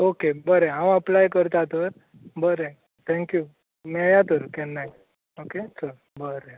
okay बरें हांव apply करता तर बरें थँक्यू मेळ्ळ्या तर केन्नाय ओके चल बरें